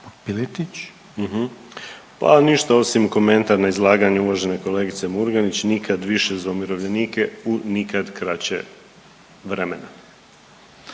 (HDZ)** Pa ništa osim komentar na izlaganje uvažene kolegice Murganić. Nikad više za umirovljenike u nikad kraće vremena.